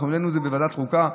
אנחנו העלינו זה בוועדת החוקה,